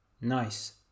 Nice